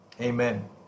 Amen